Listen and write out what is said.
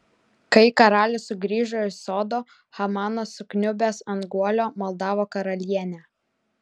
kai karalius sugrįžo iš sodo hamanas sukniubęs ant guolio maldavo karalienę